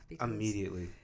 immediately